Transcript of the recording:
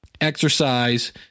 exercise